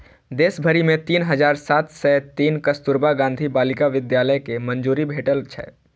देश भरि मे तीन हजार सात सय तीन कस्तुरबा गांधी बालिका विद्यालय कें मंजूरी भेटल छै